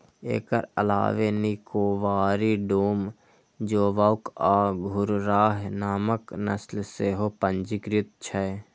एकर अलावे निकोबारी, डूम, जोवॉक आ घुर्राह नामक नस्ल सेहो पंजीकृत छै